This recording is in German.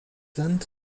land